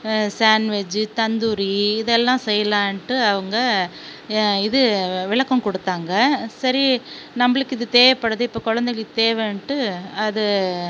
sandwich tandoori இதெல்லாம் செய்யலாண்ட்டு அவங்க இது விளக்கம் கொடுத்தாங்க சரி நம்மளுக்கு இது தேவைப்படுது இப்போ குலந்தைங்களுக்கு தேவைன்ட்டு அதை